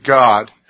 God